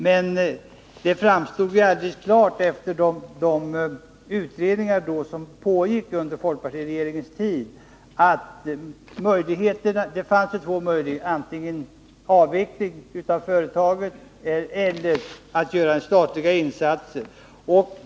Men det framstod som alldeles klart efter de utredningar som pågick under folkpartiregeringens tid att det fanns två möjligheter, antingen att avveckla företaget eller att staten gick in med insatser.